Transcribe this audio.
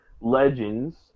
Legends